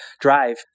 drive